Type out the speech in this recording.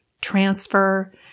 transfer